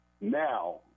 Now